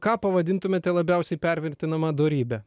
ką pavadintumėte labiausiai pervertinama dorybe